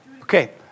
Okay